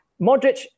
Modric